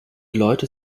leute